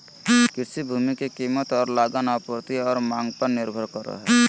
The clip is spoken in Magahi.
कृषि भूमि के कीमत और लगान आपूर्ति और मांग पर निर्भर करो हइ